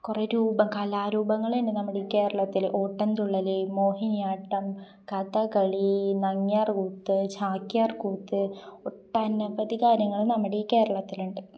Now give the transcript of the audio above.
കുറേ രൂപം കലാരൂപങ്ങൾ ഉണ്ട് നമ്മുടെ ഈ കേരളത്തിൽ ഓട്ടൻതുള്ളൽ മോഹിനിയാട്ടം കഥകളി നങ്ങ്യാർ കൂത്ത് ചാക്യാർ കൂത്ത് ഒട്ടനവധി കാര്യങ്ങൾ നമ്മുടെ ഈ കേരളത്തിൽ ഉണ്ട്